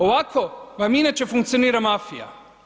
Ovako vam inače funkcionira mafija.